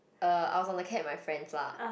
uh I was on the cab with my friends lah